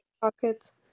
pockets